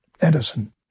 Edison